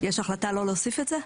יש החלטה לא להוסיף את זה?